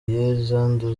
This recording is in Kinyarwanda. umuryango